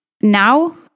now